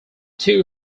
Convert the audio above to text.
too